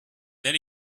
then